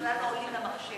בכלל לא עולים למחשב.